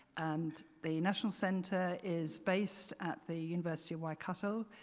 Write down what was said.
and the national centre is based at the university of white castle.